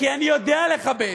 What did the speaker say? כי אני יודע לכבד,